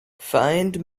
find